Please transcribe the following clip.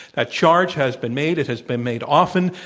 that charge has been made. it has been made often.